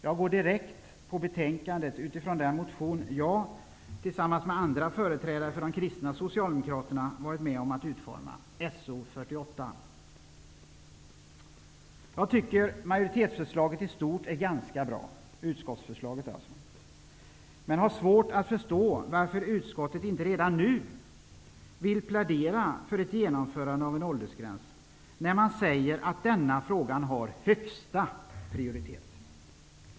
Jag går direkt på betänkandet utifrån den motion som jag tillsammans med andra företrädare för de kristna socialdemokraterna varit med om att utforma, So48. Jag tycker utskottets majoritetsförslag i stort är ganska bra. Men jag har svårt att förstå varför utskottet inte redan nu vill plädera för ett genomförande av en åldersgräns, när man säger att denna fråga har högsta prioritet.